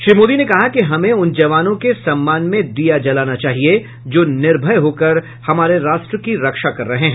श्री मोदी ने कहा कि हमें उन जवानों के सम्मान में दीया जलाना चाहिए जो निर्भय होकर हमारे राष्ट्र की रक्षा कर रहे हैं